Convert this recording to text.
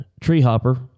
Treehopper